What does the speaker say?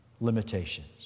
limitations